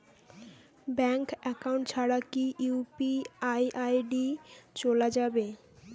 Bank account ছাড়া কি UPI ID চোলা যাবে?